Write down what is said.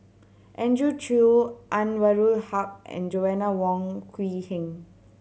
Andrew Chew Anwarul Haque and Joanna Wong Quee Heng